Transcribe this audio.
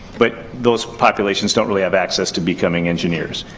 but those populations don't really have access to becoming engineers.